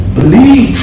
Believe